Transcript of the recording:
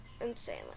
insane